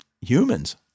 humans